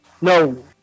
No